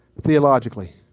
theologically